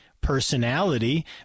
personality